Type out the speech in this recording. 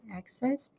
access